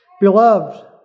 Beloved